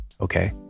Okay